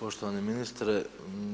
Poštovani ministre,